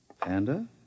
Panda